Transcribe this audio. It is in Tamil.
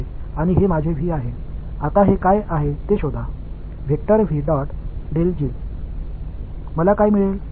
எனவே இந்த 0 ஐயும் அகற்றலாம் ஏனென்றால் நாம் இரண்டு பரிமாணங்களில் வேலை செய்கிறோம்